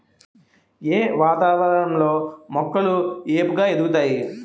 ఏ వాతావరణం లో మొక్కలు ఏపుగ ఎదుగుతాయి?